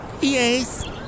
Yes